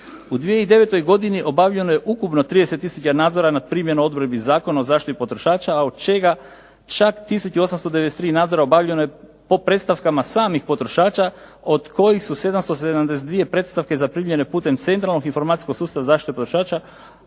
U 2009. godini obavljeno je ukupno 30 tisuća nadzora nad primjenom odredbi Zakona o zaštiti potrošača a od čega čak tisuću 893 nadzora obavljeno je po predstavkama samih potrošača od kojih ju 772 predstavke zaprimljene putem Centralnog informacijskog sustava za zaštitu potrošača